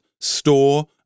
store